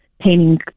painting